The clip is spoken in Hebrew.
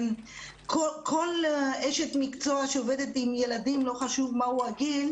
כל אשת מקצוע שעובדת עם ילדים, לא חשוב מהו הגי,